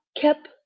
kept